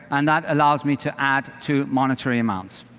and allows me to add two monetary amounts,